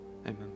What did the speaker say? Amen